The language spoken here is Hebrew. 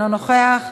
אינו נוכח.